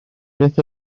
beth